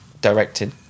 directed